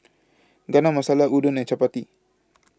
Chana Masala Udon and Chapati